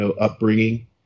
upbringing